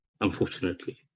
unfortunately